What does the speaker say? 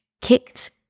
kicked